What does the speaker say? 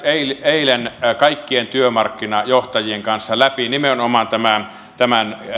eilen kaikkien työmarkkinajohtajien kanssa läpi nimenomaan tämän tämän